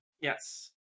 Yes